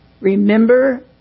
Remember